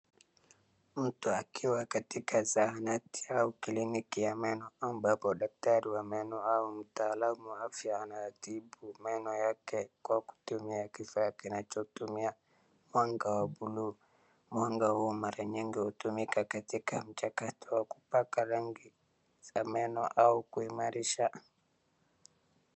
Mtu akiwa katika zahanati au kliniki ya meno ambapo daktari wa meno au mtaalamu wa afya anatibu meno yake kwa kutumia kifaa kinachotumia mwanga wa buluu. Mwanga huu mara nyingi hutumika katika mchakato wa kupaka rangi za meno au kuimarisha.